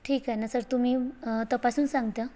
ठीक आहे ना सर तुम्ही तपासून सांगता